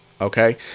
Okay